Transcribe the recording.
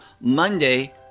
Monday